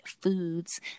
foods